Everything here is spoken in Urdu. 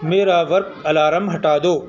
میرا ورک الارم ہٹا دو